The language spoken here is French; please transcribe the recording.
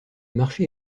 marché